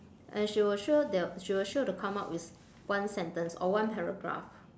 and she will sure they'll she will sure to come up with one sentence or one paragraph